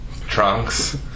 Trunks